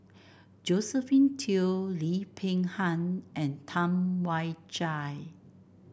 Josephine Teo Lim Peng Han and Tam Wai Jia